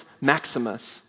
Maximus